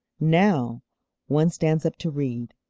now one stands up to read.